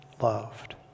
loved